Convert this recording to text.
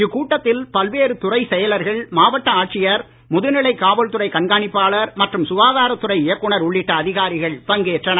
இக்கூட்டத்தில் பல்வேறு துறை செயலர்கள் மாவட்ட ஆட்சியர் முதுநிலை காவல் துறை கண்காணிப்பாளர் மற்றும் சுகாதாரத் துறை இயக்குனர் உள்ளிட்ட அதிகாரிகள் பங்கேற்றனர்